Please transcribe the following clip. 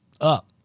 up